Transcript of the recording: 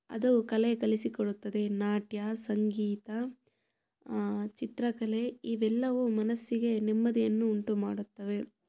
ಅದು ಕಲೆ ಕಲಿಸಿಕೊಡುತ್ತದೆ ನಾಟ್ಯ ಸಂಗೀತ ಚಿತ್ರಕಲೆ ಇವೆಲ್ಲವೂ ಮನಸ್ಸಿಗೆ ನೆಮ್ಮದಿಯನ್ನು ಉಂಟುಮಾಡುತ್ತವೆ